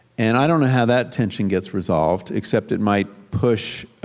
and i don't know how that tension gets resolved except it might push